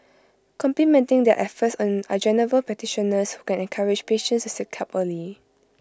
complementing their efforts are general practitioners who can encourage patients to seek help early